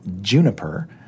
Juniper